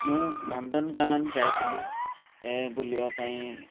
ମୁଁ ନନ୍ଦନକାନନ ଯାଇଥିଲି ବୁଲିବା ପାଇଁ